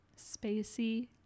Spacey